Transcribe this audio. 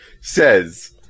says